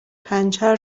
پنچر